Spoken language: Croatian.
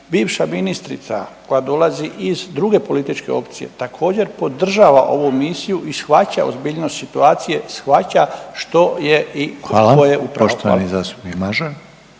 bivša ministrica koja dolazi iz druge političke opcije također podržava ovu misiju i shvaća ozbiljnost situacije, shvaća što je i …/Upadica: Hvala./… tko je u pravu.